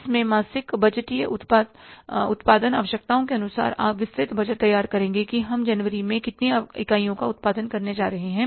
इसमें मासिक बजटीय उत्पादन आवश्यकताओं के अनुसार आप विस्तृत बजट तैयार करेंगे कि हम जनवरी में कितनी इकाइयों का उत्पादन करने जा रहे हैं